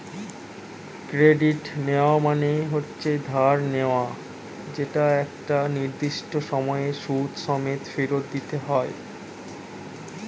credit নেওয়া মানে হচ্ছে ধার নেওয়া যেটা একটা নির্দিষ্ট সময়ে সুদ সমেত ফেরত দিতে হয়